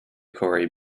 corey